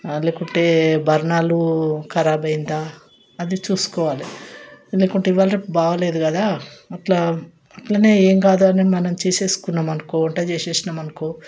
లేకుంటే బర్నర్లు ఖరాబ్ అయిందా అది చూసుకోవాలి లేకుంటే ఇవాళ రేపు బాగోలేదు కదా అట్లా ఇట్లనే ఏంకాదు అని మనం చేసేసుకున్నామనుకో వంట చేసేసినామనుకో